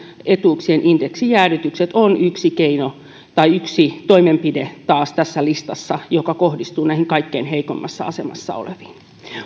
etuuksien indeksijäädytykset ovat taas yksi keino tai yksi toimenpide tässä listassa joka kohdistuu näihin kaikkein heikoimmassa asemassa oleviin